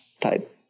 type